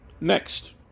Next